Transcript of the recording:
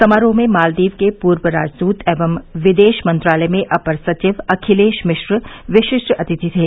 समारोह में मालदीव के पूर्व राजदूत एवं विदेश मंत्रालय में अपर सचिव अखिलेश मिश्र विशिष्ट अतिथि थे